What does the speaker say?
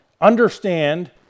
understand